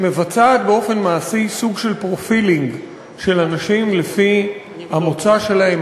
שמבצעת באופן מעשי סוג של profiling של אנשים לפי המוצא שלהם,